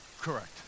correct